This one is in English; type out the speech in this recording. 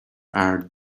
are